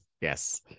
yes